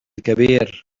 كبير